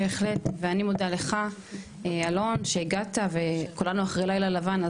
בהחלט ואני מודה לך אלון שהגעת וכולנו אחרי לילה לבן,